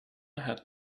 had